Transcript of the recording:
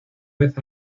vez